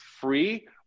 free